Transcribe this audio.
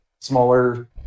smaller